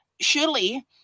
surely